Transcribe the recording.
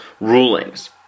rulings